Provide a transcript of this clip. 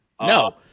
no